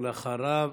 ואחריו,